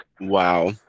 wow